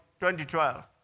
2012